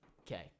okay